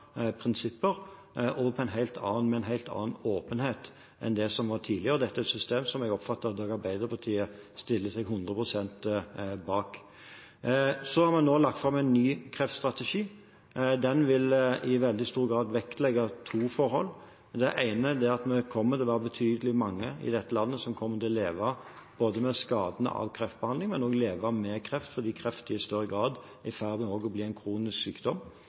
prinsipper og med en helt annen åpenhet enn det som var tidligere. Dette er et system som jeg oppfatter at også Arbeiderpartiet stiller seg 100 pst. bak. Nå har vi lagt fram en ny kreftstrategi. Den vil i veldig stor grad vektlegge to forhold: Det ene er at det kommer til å være betydelig mange i dette landet som kommer til å leve både med skadene av kreftbehandling og med kreft, fordi kreft i større grad er i ferd med også å bli en kronisk sykdom.